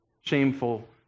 shameful